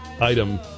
item